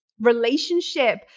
relationship